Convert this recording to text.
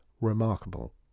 remarkable